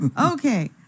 Okay